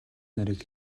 нарыг